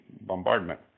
bombardment